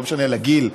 לא משנה הגיל.